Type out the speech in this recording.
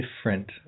different